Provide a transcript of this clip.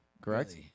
correct